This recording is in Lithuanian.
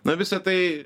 na visa tai